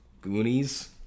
Goonies